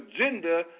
agenda